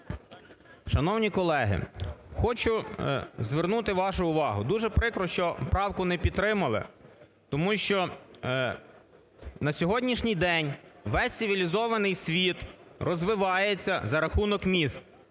Шановні колеги, хочу звернути вашу увагу. Дуже прикро, що правку не підтримали. Тому що на сьогоднішній день весь цивілізований світ розвивається за рахунок міст,